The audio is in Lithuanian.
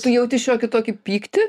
tu jauti šiokį tokį pyktį